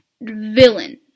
villain